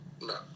No